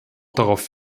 darauf